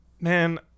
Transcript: Man